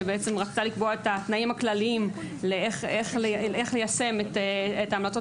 שרצתה לקבוע את התנאים הכללים לאיך ליישם את המלצות